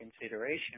consideration